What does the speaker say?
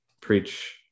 preach